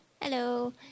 Hello